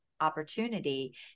opportunity